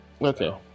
Okay